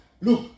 look